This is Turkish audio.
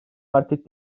artık